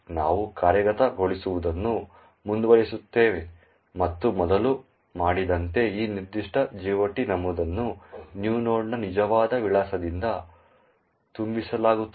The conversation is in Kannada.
ನಾವು ಕಾರ್ಯಗತಗೊಳಿಸುವುದನ್ನು ಮುಂದುವರಿಸುತ್ತೇವೆ ಮತ್ತು ಮೊದಲು ಮಾಡಿದಂತೆ ಈ ನಿರ್ದಿಷ್ಟ GOT ನಮೂದನ್ನು new node ನ ನಿಜವಾದ ವಿಳಾಸದಿಂದ ತುಂಬಿಸಲಾಗುತ್ತದೆ